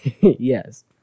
yes